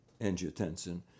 angiotensin